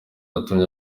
yatumye